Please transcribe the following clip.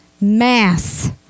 Mass